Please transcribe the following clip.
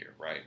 right